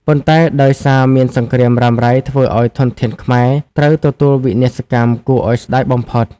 ប៉ុន្តែដោយសារមានសង្រ្គាមរ៉ាំរ៉ៃធ្វើឲ្យធនធានខ្មែរ ត្រូវទទួលវិនាសកម្មគួរឲ្យស្ដាយបំផុត។